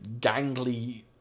gangly